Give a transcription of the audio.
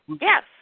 Yes